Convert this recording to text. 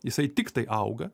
jisai tiktai auga